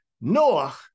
Noah